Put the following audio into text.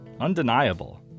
undeniable